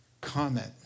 comment